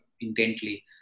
intently